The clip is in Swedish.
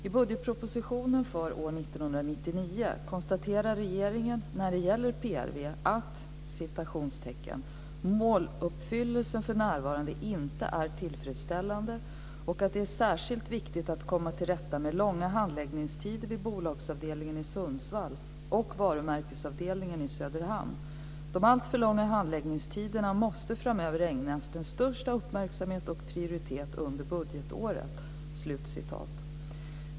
I budgetpropositionen för år 1999 konstaterar regeringen när det gäller PRV att "måluppfyllelsen för närvarande inte är tillfredsställande och att det är särskilt viktigt att komma tillrätta med långa handläggningstider vid bolagsavdelningen i Sundsvall och varumärkesavdelningen i Söderhamn. De alltför långa handläggningstiderna måste framöver ägnas den största uppmärksamhet och prioriteras under budgetåret."